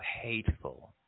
hateful